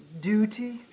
Duty